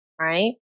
Right